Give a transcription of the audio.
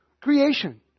creation